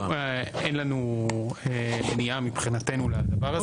אין מניעה מבחינתנו לדבר הזה.